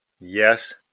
Yes